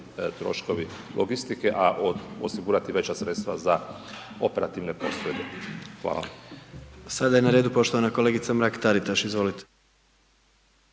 troškovi logistike a od osigurati veća sredstva za operativne poslove. Hvala. **Jandroković, Gordan (HDZ)** Sada je na redu poštovana kolegica Mrak-Taritaš, izvolite.